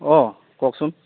অঁ কওকচোন